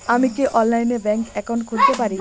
আমি কি অনলাইনে ব্যাংক একাউন্ট খুলতে পারি?